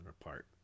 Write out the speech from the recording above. apart